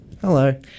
Hello